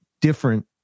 different